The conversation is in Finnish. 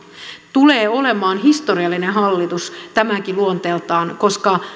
tulee olemaan historiallinen hallitus tämäkin luonteeltaan koska